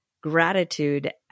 gratitude